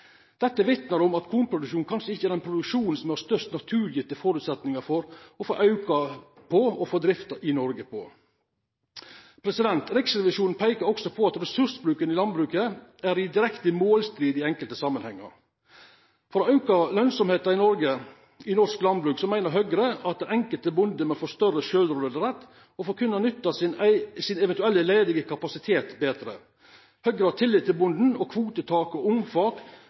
Dette vitnar om at kornproduksjon kanskje ikkje er den produksjonen som har størst naturgitte føresetnader for å få auka drifta i Noreg. Riksrevisjonen peikar også på at ressursbruken i landbruket er i direkte målstrid i enkelte samanhengar. For å auka lønnsemda i norsk landbruk meiner Høgre at den enkelte bonde må få større sjølvråderett, og få kunna nytta sin eventuelle ledige kapasitet betre. Høgre har tillit til bonden. Kvotetak og